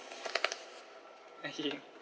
and he